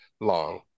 long